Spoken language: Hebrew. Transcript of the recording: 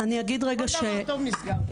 כל דבר טוב נסגר פה.